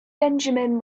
benjamin